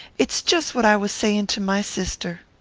it's just what i was saying to my sister.